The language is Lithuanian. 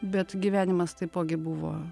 bet gyvenimas taipogi buvo